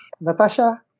Natasha